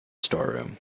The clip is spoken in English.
storeroom